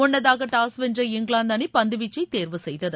முன்னதாக டாஸ் வென்ற இங்கிலாந்து அணி பந்து வீச்சை தேர்வு செய்தது